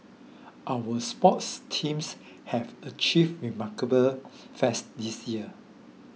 our sports teams have achieved remarkable this year